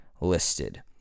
listed